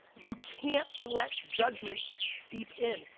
you can't let judgment seep in,